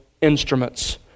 instruments